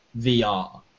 VR